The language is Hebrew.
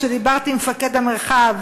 כשדיברתי עם מפקד המרחב,